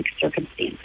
circumstances